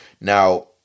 now